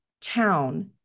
town